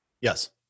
Yes